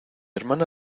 hermana